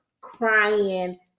crying